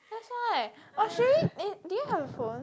that's right I was really eh do you have your phone